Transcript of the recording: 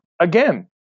again